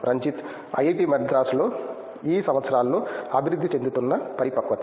Ranjith IIT మద్రాసులో ఈ సంవత్సరాల్లో అభివృద్ధి చెందుతున్న పరిపక్వత